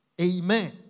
Amen